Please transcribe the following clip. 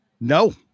No